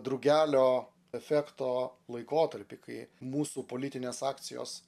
drugelio efekto laikotarpį kai mūsų politinės akcijos